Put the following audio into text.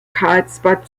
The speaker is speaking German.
karlsbad